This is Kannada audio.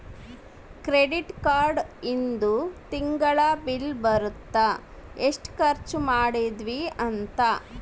ಕ್ರೆಡಿಟ್ ಕಾರ್ಡ್ ಇಂದು ತಿಂಗಳ ಬಿಲ್ ಬರುತ್ತ ಎಸ್ಟ ಖರ್ಚ ಮದಿದ್ವಿ ಅಂತ